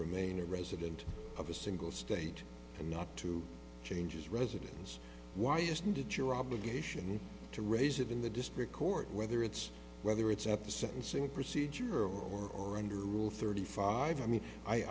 remain a resident of a single state and not to change his residence why isn't it your obligation to raise it in the district court whether it's whether it's at the sentencing procedure or under rule thirty five i mean i